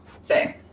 say